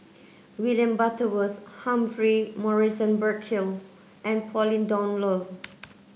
William Butterworth Humphrey Morrison Burkill and Pauline Dawn Loh